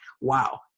wow